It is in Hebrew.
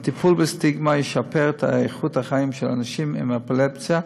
הטיפול בסטיגמה ישפר את איכות החיים של אנשים עם אפילפסיה.